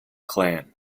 clan